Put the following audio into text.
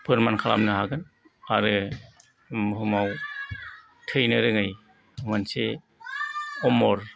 फोरमान खालामनो हागोन आरो बुहुमाव थैनो रोङै मोनसे अमर